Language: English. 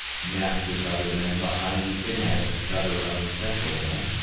massed his other men behind the inadequate cover of his central gun,